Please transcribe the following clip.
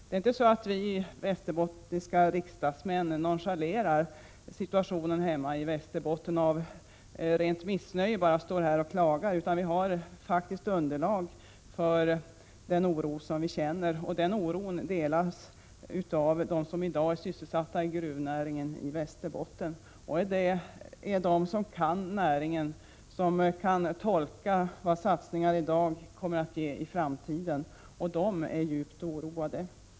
Det är inte så att vi västerbottniska riksdagsmän nonchalerar situationen hemma i Västerbotten och av rent missnöje bara står här och klagar, utan vi har faktiskt underlag för den oro som vi känner, och den oron delas av dem som i dag är sysselsatta i gruvnäringen i Västerbotten. Det är de människor som kan näringen som har möjlighet att tolka vad satsningar i dag kommer att ge i framtiden, och dessa människor är djupt oroade.